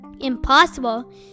Impossible